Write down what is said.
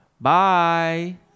Bye